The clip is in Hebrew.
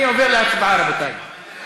אני עובר להצבעה, רבותי.